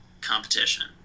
competition